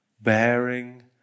bearing